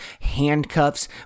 handcuffs